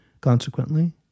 Consequently